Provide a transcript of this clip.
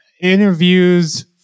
interviews